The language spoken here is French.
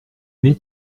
mai